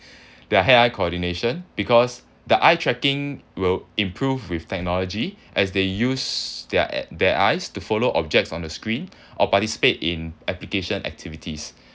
their hand eye coordination because the eye tracking will improve with technology as they use their e~ their eyes to follow objects on the screen or participate in application activities